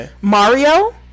Mario